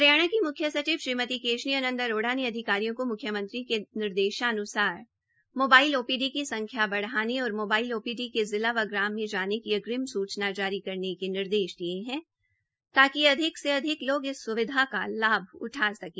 हरियाणा के मुख्यसचिव श्रीमती केशनी आंनद अरोड़ा ने अधिकारियों को मुख्यमंत्री के निदेशानुसार मोबाइल ओपीडी की संख्या बढ़ाने और मोबाइल ओपीडी के जिले व ग्राम में जाने की अग्रिम सुचना जारी करने के निर्देश दिये है ताकि अधिक से अधिक लोग इस स्विधा का लाभ उठा सकें